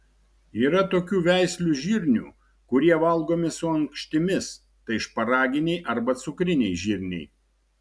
yra tokių veislių žirnių kurie valgomi su ankštimis tai šparaginiai arba cukriniai žirniai